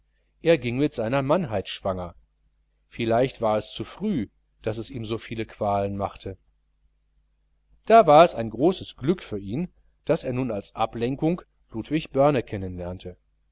er ging mit seiner mannheit schwanger vielleicht war es zu früh daß es ihm so viel qualen machte da war es ein großes glück für ihn daß er nun als ablenkung ludwig börne